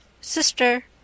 SISTER